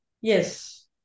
Yes